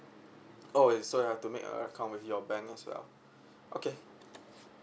oh yes so you have to make a account with your bank as well okay